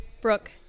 Brooke